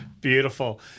Beautiful